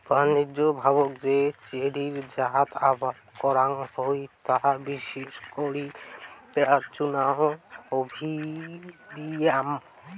বাণিজ্যিকভাবত যে চেরির জাত আবাদ করাং হই তা বিশেষ করি প্রুনাস অভিয়াম